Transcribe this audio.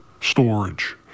storage